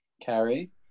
Carrie